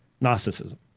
Gnosticism